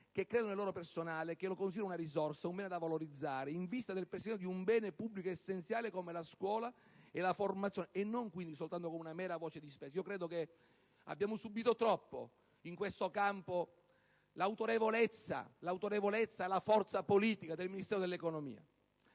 che credono nel loro personale, che lo considerano una risorsa, un bene da valorizzare in vista del perseguimento di un bene pubblico essenziale come la scuola e la formazione, e non solo come una mera voce di spesa. Credo che in questo campo abbiamo subito troppo l'autorevolezza e la forza politica del Ministero dell'economia